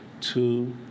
two